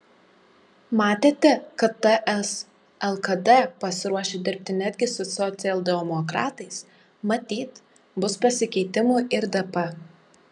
matėte kad ts lkd pasiruošę dirbti netgi su socialdemokratais matyt bus pasikeitimų ir dp